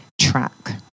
track